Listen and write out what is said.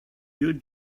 your